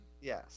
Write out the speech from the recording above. yes